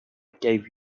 gave